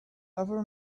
ever